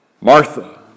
Martha